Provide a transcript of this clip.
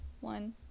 one